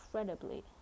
incredibly